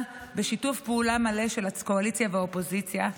בשיתוף פעולה מלא של הקואליציה והאופוזיציה,